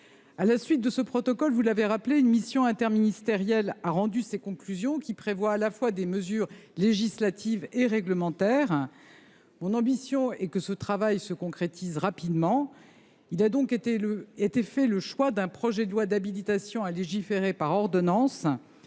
À la suite de ce protocole, vous l’avez rappelé, une mission interministérielle a rendu ses conclusions, qui prévoient des mesures tant législatives que réglementaires. J’ai l’ambition que ce travail se concrétise rapidement. Il a donc été fait le choix d’un projet de loi d’habilitation à légiférer par ordonnance,